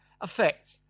effect